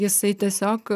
jisai tiesiog